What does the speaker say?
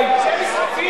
זה משחקים?